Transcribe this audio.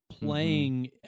playing